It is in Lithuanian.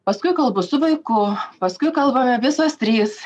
paskui kalbu su vaiku paskui kalbame visos trys